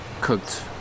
cooked